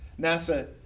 nasa